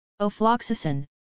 Ofloxacin